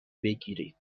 بگیرید